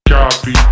Copy